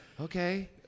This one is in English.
Okay